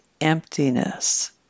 emptiness